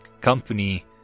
company